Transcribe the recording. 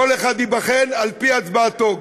כל אחד ייבחן על-פי הצבעתו,